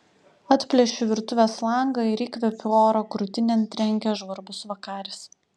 atplėšiu virtuvės langą ir įkvepiu oro krūtinėn trenkia žvarbus vakaris